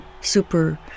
super